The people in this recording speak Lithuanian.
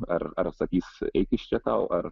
ar ar sakys eik iš čia tau ar